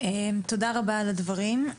תודה רבה על הדברים.